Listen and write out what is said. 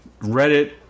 Reddit